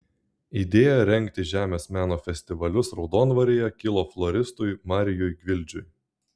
idėja rengti žemės meno festivalius raudondvaryje kilo floristui marijui gvildžiui